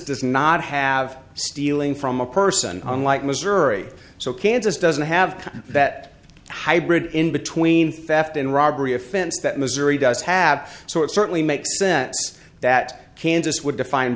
does not have stealing from a person unlike missouri so kansas doesn't have that hybrid in between theft and robbery offense that missouri does have so it certainly makes sense that kansas would define